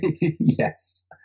Yes